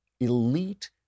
elite